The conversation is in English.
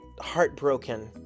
heartbroken